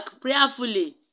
prayerfully